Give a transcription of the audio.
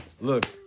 look